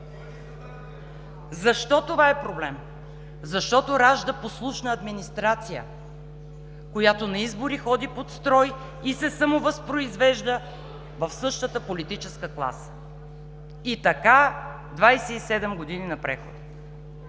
Защо това е проблем? Защото ражда послушна администрация, която на избори ходи под строй и се самовъзпроизвежда в същата политическа класа. И така 27 години на прехода!